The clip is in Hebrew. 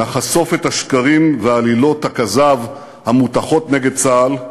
נחשוף את השקרים ועלילות הכזב המוטחות נגד צה"ל,